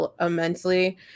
immensely